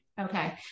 Okay